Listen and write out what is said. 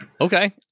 Okay